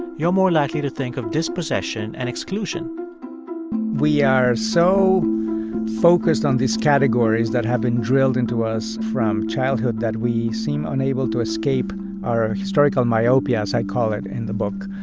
you're more likely to think of dispossession and exclusion we are so focused on these categories that have been drilled into us from childhood that we seem unable to escape our historical myopia, as i call it in the book.